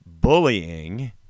bullying